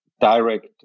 direct